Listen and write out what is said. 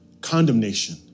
condemnation